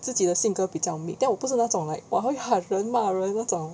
自己的性格比较 mid then 我是不那种会喊人骂人那种